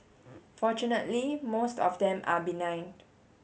fortunately most of them are benign